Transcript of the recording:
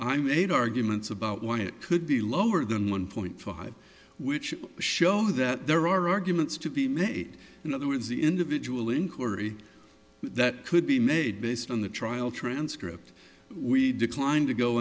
i made arguments about why it could be lower than one point five which show that there are arguments to be made in other words the individual inquiry that could be made based on the trial transcript we declined to go